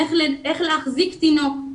איך להחזיק תינוק,